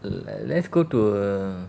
l~ le~ let's go to